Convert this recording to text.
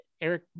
Eric